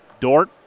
Dort